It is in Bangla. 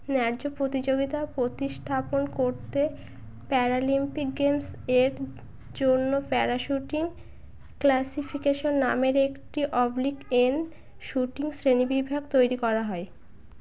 ন্যায্য প্রতিযোগিতা প্রতিস্থাপন করতে প্যারালিম্পিক গেমসের জন্য প্যারাশ্যুটিং ক্লাসিফিকেশন নামের একটি অবলিক এন শ্যুটিং শ্রেণী বিভাগ তৈরি করা হয়